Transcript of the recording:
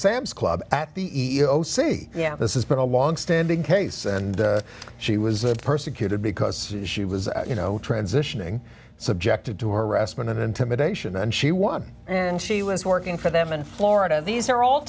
sam's club at the e e o c yeah this is been a long standing case and she was a persecuted because she was you know transitioning subjected to harassment and intimidation and she won and she was working for them in florida these are all